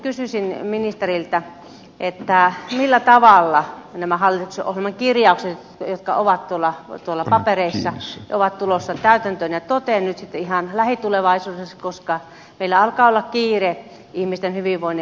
nyt kysyisin ministeriltä millä tavalla nämä hallituksen ohjelman kirjaukset jotka ovat tuolla papereissa ovat tulossa täytäntöön ja toteen nyt sitten ihan lähitulevaisuudessa koska meillä alkaa olla kiire ihmisten hyvinvoinnin lisäämiseksi